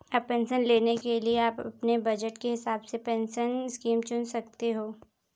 अब पेंशन लेने के लिए आप अपने बज़ट के हिसाब से पेंशन स्कीम चुन सकते हो